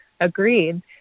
agreed